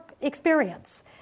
experience